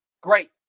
Great